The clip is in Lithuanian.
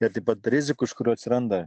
ir taip pat rizikų iš kurių atsiranda